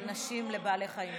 זה לא נכון.